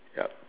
ya